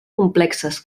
complexes